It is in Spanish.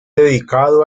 dedicado